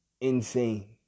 Insane